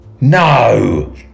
No